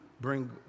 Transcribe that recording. bring